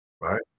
Right